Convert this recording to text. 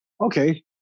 Okay